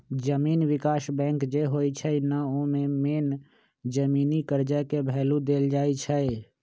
जमीन विकास बैंक जे होई छई न ओमे मेन जमीनी कर्जा के भैलु देल जाई छई